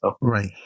Right